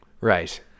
right